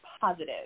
positive